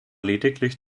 lediglich